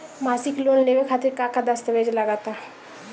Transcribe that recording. मसीक लोन लेवे खातिर का का दास्तावेज लग ता?